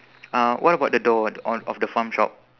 uh what about the door on of the farm shop